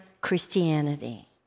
Christianity